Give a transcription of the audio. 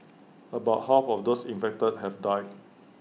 about half of those infected have died